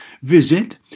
Visit